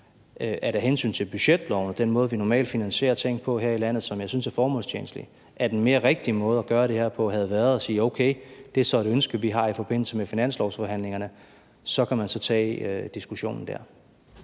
væk af hensyn til budgetloven og den måde, vi normalt finansierer ting på her i landet, som jeg synes er formålstjenstligt, synes, at en mere rigtig måde at gøre det her på havde været at sige: Okay, det er så et ønske, vi har i forbindelse med finanslovforhandlingerne. Så kan man tage diskussionen der.